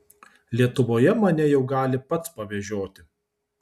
lietuvoje mane jau gali pats pavežioti